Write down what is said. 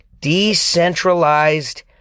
Decentralized